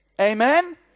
Amen